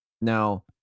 Now